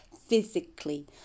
physically